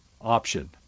option